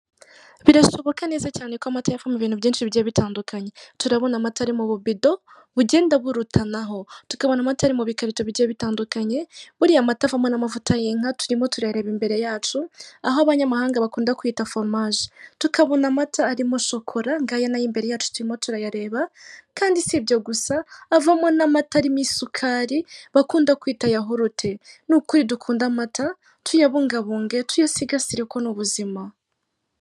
Birashoboka neza cyane ko amata ava mu ibintu byinshi bigiye bitandukanye turabona amata ari mu bubido bugenda burutanaho tukabona amata mu bikarito bigiye bitandukanye buriya amata avamo n'amavuta y'inka turimo turayareba imbere yacu aho abanyamahanga bakunda kuyita foromaje tukabona amata arimo shokora ngaya nayo imbere yacu turimo turayareba kandi si ibyo gusa avamo n'amata arimo isukari bakunda kwita yahurute nukuri dukunde amata tuyabungabunge tuyasigasire kuko ni ubuzima .